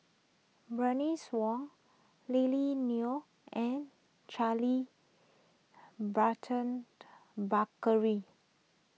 Bernice Wong Lily Neo and Charles Burton Buckley